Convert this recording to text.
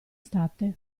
state